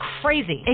crazy